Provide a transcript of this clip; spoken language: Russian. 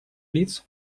лиц